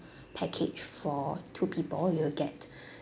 package for two people you will get